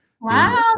Wow